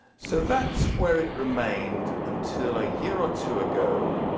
so that's where it remained until a year or two ago.